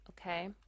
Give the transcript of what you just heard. okay